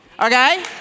Okay